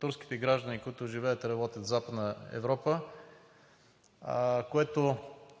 турските граждани, които живеят и работят в Западна Европа. Това